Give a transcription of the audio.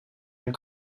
een